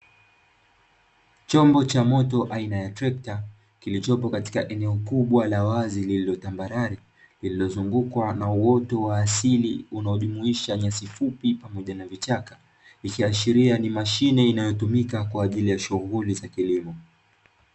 Chombo cha moto aina ya trekta kilichopo katika eneo kubwa la wazi lililo tambarare, lililozungukwa na uoto wa asili, unaojumuisha nyasi fupi pamoja na vichaka ikiashiria ni mashine inayotumika kwa ajili ya kilimo.